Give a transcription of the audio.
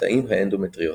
בתאים האנדומטריוטיים.